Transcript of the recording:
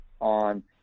on